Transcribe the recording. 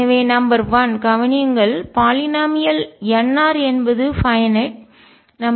எனவே நம்பர் 1 கவனியுங்கள் polynomial n r என்பது பைன்நட் வரையறுக்கப்பட்ட